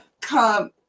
come